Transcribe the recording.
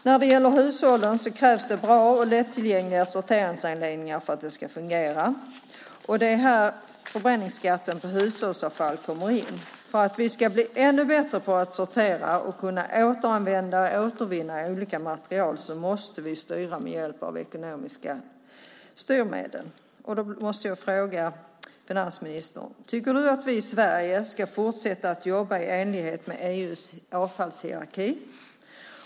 När det gäller hushållen krävs bra och lättillgängliga sorteringsanläggningar för att det ska fungera. Det är här förbränningsskatten på hushållsavfall kommer in. För att vi ska bli ännu bättre på att sortera och kunna återanvända och återvinna olika material måste vi använda ekonomiska styrmedel. Därför vill jag fråga finansministern: Tycker du att vi i Sverige ska fortsätta att jobba i enlighet med EU:s avfallshierarki?